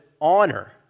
honor